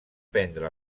prendre